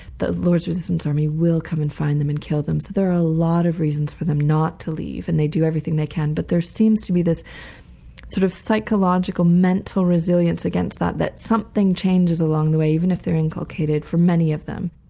the lord's citizen's army will come and find them and kill them. so there are a lot of reasons for them not to leave and they do everything they can. but there seems to be this sort of psychological mental resilience against that bit something changes along the way even if they're inculcated, for many of them.